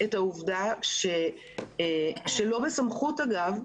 את העובדה שלא בסמכות, אגב,